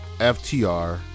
FTR